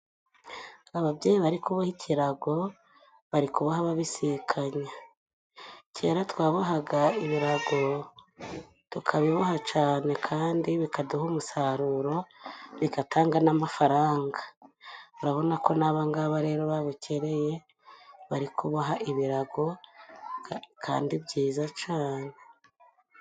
Ababyeyi bari kuboha ikirago bari kuboha babisikanya; kera twabohaga ibirago tukabiboha cane kandi bikaduha umusaruro, bigatanga n'amafaranga urabona ko n'abangaba rero babukereye bari kuboha ibirago kandi byiza cane.